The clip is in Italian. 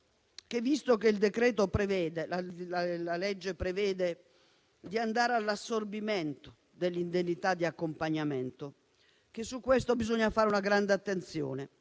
disegno di legge prevede di andare all'assorbimento dell'indennità di accompagnamento, che su questo bisogna fare grande attenzione,